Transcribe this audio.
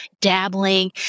dabbling